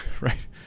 right